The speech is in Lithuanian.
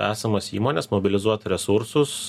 esamas įmones mobilizuot resursus